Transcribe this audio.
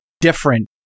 different